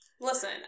listen